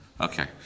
Okay